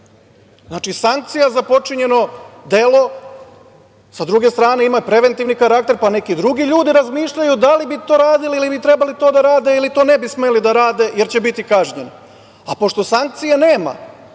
Znači, sankcija za počinjeno delo, sa druge strane, ima preventivni karakter, pa neki drugi ljudi razmišljaju da li bi to radili ili bi trebalo to da rade ili to ne bi smeli da rade, jer će biti kažnjeni. Pošto sankcije nema,